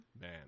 Man